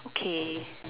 okay